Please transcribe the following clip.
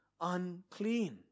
unclean